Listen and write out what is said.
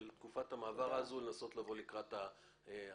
תקופת המעבר הזו לנסות לבוא לקראת האנשים.